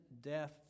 death